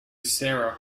sarah